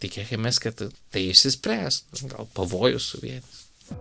tikėkimės kad tai išsispręs gal pavojus suvienys